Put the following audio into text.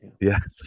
Yes